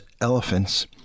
elephants